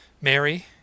Mary